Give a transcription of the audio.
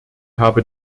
habe